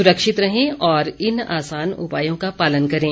सुरक्षित रहें और इन आसान उपायों का पालन करें